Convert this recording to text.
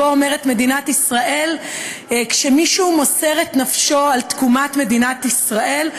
מדינת ישראל אומרת בו שכשמישהו מוסר את נפשו על תקומת מדינת ישראל,